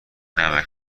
نمکـ